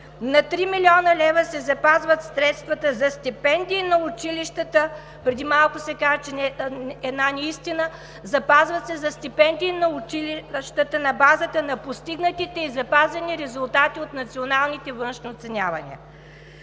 над 3 млн. лв. се запазват средствата за стипендии в училищата. Преди малко се каза една неистина – запазват се за стипендии на училищата на базата на постигнатите и запазени резултати от националните външни оценявания.